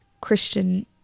Christian